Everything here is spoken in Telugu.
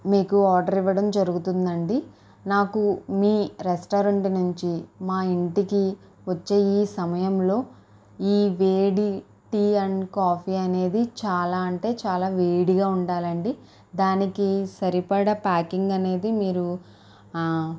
మీకు ఆర్డరు ఇవ్వడం జరుతుందండి నాకు మీ రెస్టారెంటు నుంచి మా ఇంటికి వచ్చే ఈ సమయంలో ఈ వేడి టీ అండ్ కాఫీ అనేది చాలా అంటే చాలా వేడిగా ఉండాలండి దానికి సరిపడ ప్యాకింగ్ అనేది మీరు